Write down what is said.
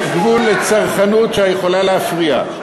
יש גבול לצרחנות שיכולה להפריע.